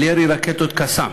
על ירי רקטות "קסאם"